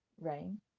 Rain